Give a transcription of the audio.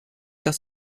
das